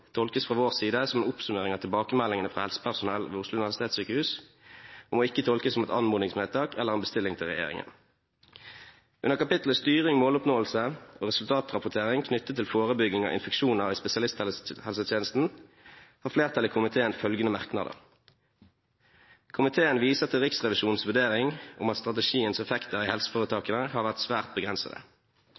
fra vår side tolkes som en oppsummering av tilbakemeldingene fra helsepersonell ved Oslo universitetssykehus. Den må ikke tolkes som et anmodningsvedtak eller en bestilling til regjeringen. Under kapitlet Styring, måloppnåelse og resultatrapportering knyttet til forebygging av infeksjoner i spesialisthelsetjenesten har komiteen følgende merknader: «Komiteen viser til Riksrevisjonens vurdering om at strategiens effekter i helseforetakene» har vært